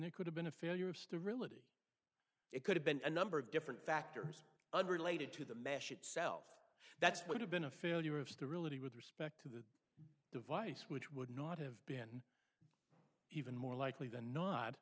it could have been a failure of sterility it could have been a number of different factors unrelated to the mesh itself that's would have been a failure of the realty with respect to the device which would not have been even more likely than not